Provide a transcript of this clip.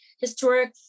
historic